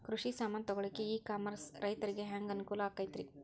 ಕೃಷಿ ಸಾಮಾನ್ ತಗೊಳಕ್ಕ ಇ ಕಾಮರ್ಸ್ ರೈತರಿಗೆ ಹ್ಯಾಂಗ್ ಅನುಕೂಲ ಆಕ್ಕೈತ್ರಿ?